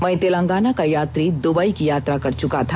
वहीं तेलंगाना का यात्री दबई की यात्रा कर चुका था